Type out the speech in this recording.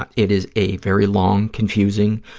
but it is a very long, confusing,